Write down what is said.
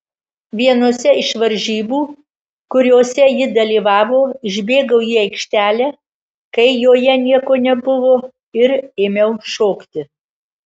vienose iš varžybų kuriose ji dalyvavo išbėgau į aikštelę kai joje nieko nebuvo ir ėmiau šokti